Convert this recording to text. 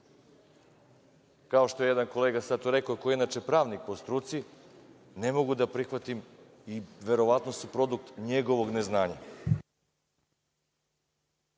kao što je jedan kolega sad to rekao, koji inače pravnik po struci, ne mogu da prihvatim, verovatno su produkt njegov ne znanja.